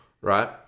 Right